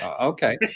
Okay